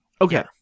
Okay